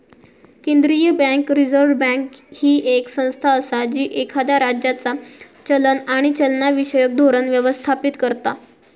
केंद्रीय bank, reserve bank, ही येक संस्था असा जी एखाद्या राज्याचा चलन आणि चलनविषयक धोरण व्यवस्थापित करता